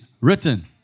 written